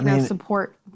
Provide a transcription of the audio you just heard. support